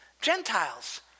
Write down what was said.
Gentiles